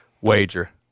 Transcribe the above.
Wager